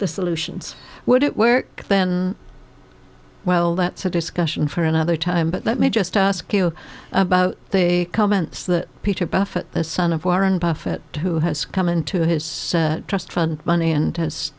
the solutions would it work then well that's a discussion for another time but let me just ask you about the comments that peter buffett son of warren buffett who has come into his trust fund money and has